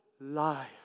life